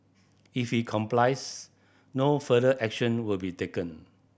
if he complies no further action will be taken